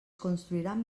construiran